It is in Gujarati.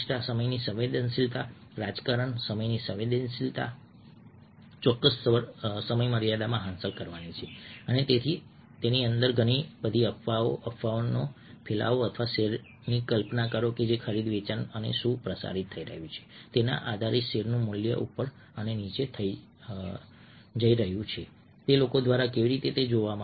સમયની સંવેદનશીલતા રાજકારણ સમયની સંવેદનશીલતા ચોક્કસ સમયમર્યાદા હાંસલ કરવાની છે અને તેની અંદર ઘણી બધી અફવાઓ અફવાઓનો ઘણો ફેલાવો અથવા શેરની કલ્પના કરો કે ખરીદ વેચાણ અને શું પ્રસારિત થઈ રહ્યું છે તેના આધારે શેરનું મૂલ્ય ઉપર અને નીચે જઈ રહ્યું છે તે લોકો દ્વારા કેવી રીતે જોવામાં આવે છે